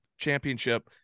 championship